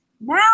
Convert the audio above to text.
Now